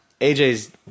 AJ's